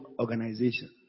Organization